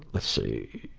let's see